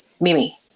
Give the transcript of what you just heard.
Mimi